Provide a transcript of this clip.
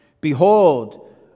Behold